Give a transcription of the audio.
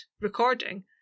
recording